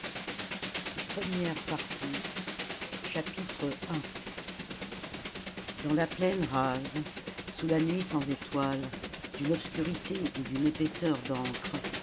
première partie i dans la plaine rase sous la nuit sans étoiles d'une obscurité et d'une épaisseur d'encre